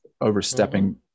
overstepping